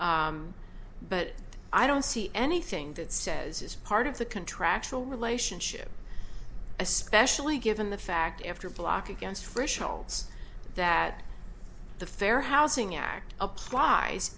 r but i don't see anything that says as part of the contractual relationship especially given the fact after block against thresholds that the fair housing act applies